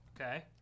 Okay